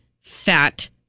fat